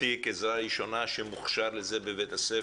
תיק עזרה ראשונה שמוכשר לזה בבית הספר,